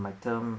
my term